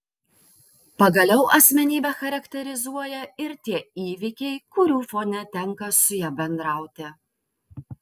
pagaliau asmenybę charakterizuoja ir tie įvykiai kurių fone tenka su ja bendrauti